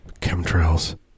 Chemtrails